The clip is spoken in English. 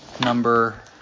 number